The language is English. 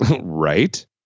Right